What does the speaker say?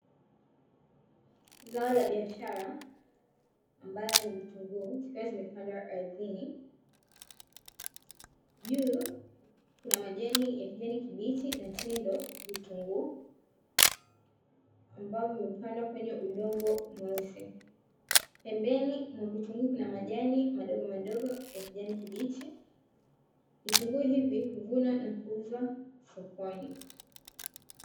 Zao la biashara ambalo ni vitunguu, vikiwa vimepandwa ardhini, juu kuna majani ya kijani kibichi na chini ndiyo vitunguu ambavyo vimepandwa kwenye udongo mweusi. Pembeni ya vitunguu kuna majani madogomadogo ya kijani kibichi, vitunguu hivi huvunwa na kuuzwa sokoni.